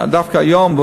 דווקא היום,